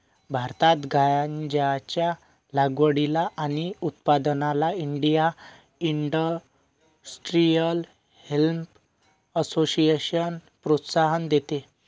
भारतात गांज्याच्या लागवडीला आणि उत्पादनाला इंडिया इंडस्ट्रियल हेम्प असोसिएशन प्रोत्साहन देते